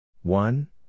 One